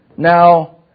Now